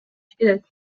кетет